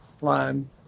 lime